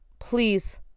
please